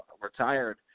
retired